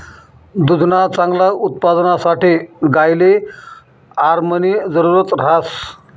दुधना चांगला उत्पादनसाठे गायले आरामनी जरुरत ह्रास